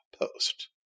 post